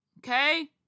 Okay